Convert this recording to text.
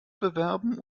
bewerben